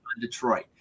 Detroit